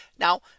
Now